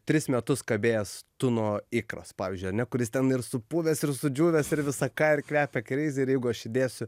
tris metus kabėjęs tuno ikras pavyzdžiui ar ne kuris ten ir supuvęs ir sudžiūvęs ir visa ką ir kvepia kreizy ir jeigu aš įdėsiu